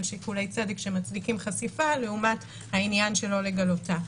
על שיקולי צדק שמצדיקים חשיפה לעומת העניין שלא לגלותה.